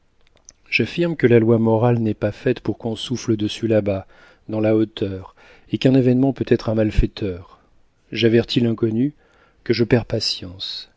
j'affirme que la loi morale n'est pas faite pour qu'on souffle dessus là-haut dans la hauteur et qu'un événement peut être un malfaiteur j'avertis l'inconnu que je perds patience